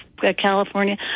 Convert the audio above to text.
California